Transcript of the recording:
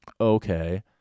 okay